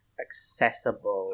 accessible